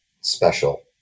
special